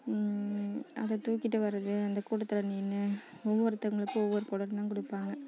அதை தூக்கிகிட்டு வர்றது அந்த கூட்டத்தில் நின்று ஒவ்வொருத்தங்களுக்கும் ஒவ்வொரு குடம் தான் கொடுப்பாங்க